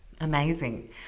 amazing